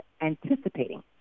anticipating